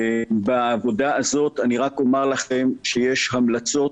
בעבודה הזאת, אני רק אומר לכם, יש המלצות